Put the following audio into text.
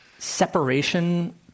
separation